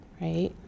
right